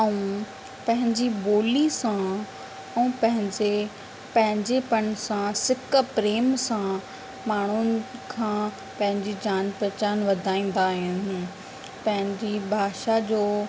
ऐं पंहिंजी ॿोली सां ऐं पंहिंजे पंहिंजेपन सां सिक प्रेम सां माण्हुनि खां पंहिंजी जान पहचान वधाईंदा आहियूं पंहिंजी भाषा जो